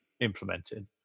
implemented